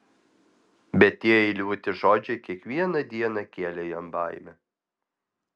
bet tie eiliuoti žodžiai kiekvieną dieną kėlė jam baimę